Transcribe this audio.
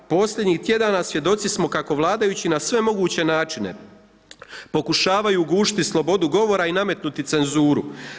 Posljednjih tjedana svjedoci smo kako vladajući na sve moguće načine, pokušavaju gušiti slobodu govora i nametnuti cenzuru.